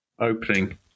opening